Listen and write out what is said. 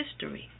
history